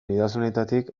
idazlanetatik